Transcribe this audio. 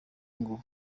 ngo